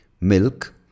milk